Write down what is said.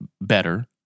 better